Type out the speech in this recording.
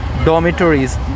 Dormitories